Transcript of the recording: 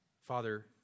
Father